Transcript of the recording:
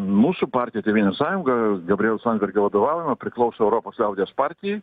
mūsų partija tėvynės sąjunga gabrieliaus landsbergio vadovaujama priklauso europos liaudies partijai